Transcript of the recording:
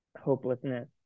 hopelessness